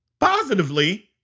Positively